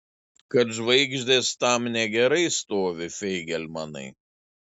kad žvaigždės tam negerai stovi feigelmanai